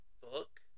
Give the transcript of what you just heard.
book